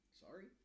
Sorry